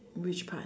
which part